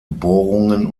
bohrungen